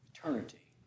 eternity